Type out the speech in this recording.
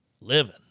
living